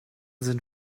sind